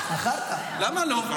למה לא?